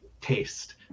taste